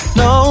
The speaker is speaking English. no